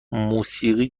موسیقی